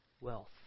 wealth